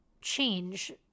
change